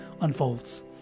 unfolds